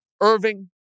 Irving